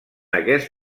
aquest